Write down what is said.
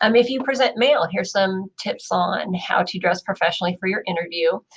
um if you present male, here's some tips on how to dress professionally for your interview.